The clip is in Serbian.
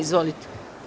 Izvolite.